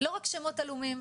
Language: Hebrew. לא רק שמות עלומים,